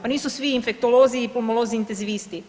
Pa nisu svi infektolozi i pulmolozi intenzivisti.